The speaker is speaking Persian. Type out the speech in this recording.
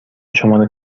شماره